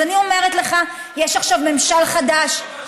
אז אני אומרת לך, יש עכשיו ממשל חדש, תודה, תודה.